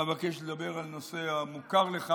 אבקש לדבר על נושא המוכר לך.